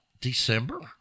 December